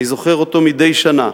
אני זוכר אותו, מדי שנה,